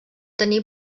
tenir